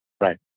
Right